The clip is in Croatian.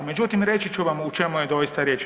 Međutim, reći ću vam o čemu je doista riječ.